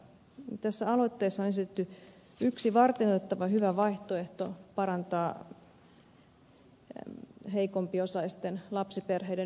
tässä aloitteessa on esitetty yksi varteenotettava hyvä vaihtoehto parantaa heikompiosaisten lapsiperheiden yksinhuoltajaperheiden asemaa